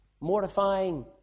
Mortifying